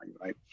right